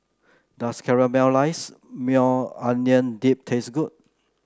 does Caramelized Maui Onion Dip taste good